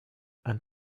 and